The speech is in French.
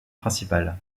principal